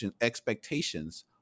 expectations